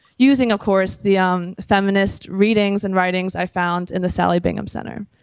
using of course, the um feminist readings and writings i found in the sallie bingham center.